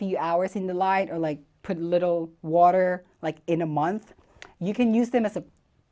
a few hours in the light or like put little water like in a month you can use them as a